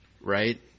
Right